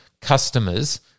customers